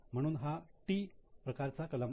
म्हणून हा 'T' प्रकारचा कलम आहे